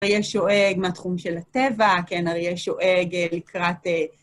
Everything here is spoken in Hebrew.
אריה שואג מהתחום של הטבע, כן, אריה שואג לקראת...